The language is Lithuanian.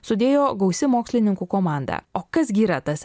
sudėjo gausi mokslininkų komanda o kas gi yra tas